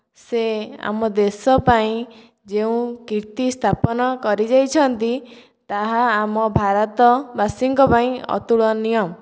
ସେ ଆମ ଦେଶ ପାଇଁ ଯେଉଁ କୀର୍ତ୍ତି ସ୍ଥାପନ କରିଯାଇଛନ୍ତି ତାହା ଆମ ଭାରତବାସୀଙ୍କ ପାଇଁ ଅତୁଳନୀୟ